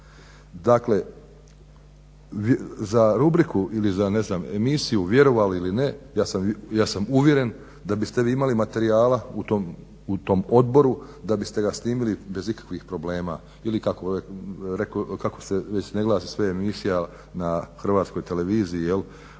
Dakle, za rubriku ili za emisiju Vjerovali ili ne, ja sam uvjeren da biste vi imali materijala u tom odboru da biste ga snimili bez ikakvih problema ili kako već ne glasi sve emisija na HTV-u u svezi